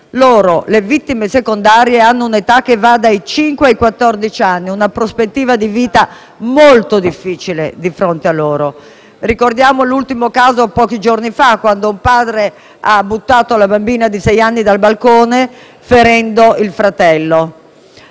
Essi, le vittime secondarie, hanno un'età che va dai cinque ai quattordici anni e la prospettiva di una vita molto difficile di fronte a loro. Ricordiamo l'ultimo caso di pochi giorni fa, quando un padre ha buttato la bambina di sei anni dal balcone, ferendo anche il fratello.